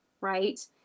right